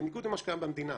בניגוד למה שקיים במדינה,